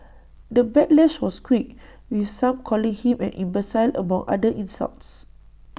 the backlash was quick with some calling him an imbecile among other insults